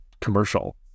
commercial